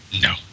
no